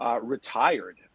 retired